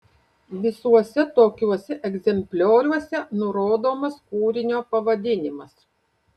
visuose tokiuose egzemplioriuose nurodomas kūrinio pavadinimas